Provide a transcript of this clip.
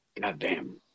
Goddamn